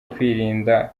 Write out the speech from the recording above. kwirinda